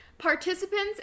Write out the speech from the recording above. participants